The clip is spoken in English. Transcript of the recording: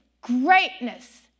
greatness